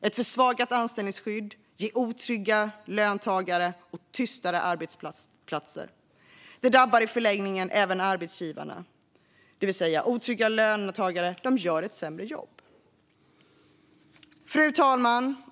Ett försvagat anställningsskydd ger otrygga löntagare och tystare arbetsplatser. Det drabbar i förlängningen även arbetsgivarna. Otrygga löntagare gör ett sämre jobb. Fru talman!